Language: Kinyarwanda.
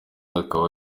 akaba